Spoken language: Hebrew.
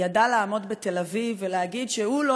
ידע לעמוד בתל אביב ולהגיד שהוא לא